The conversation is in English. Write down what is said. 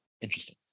interesting